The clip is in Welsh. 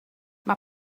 mae